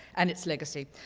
and its legacy.